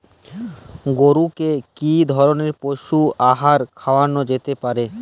গরু কে কি ধরনের পশু আহার খাওয়ানো যেতে পারে?